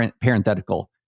parenthetical